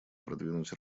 продвинуть